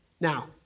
Now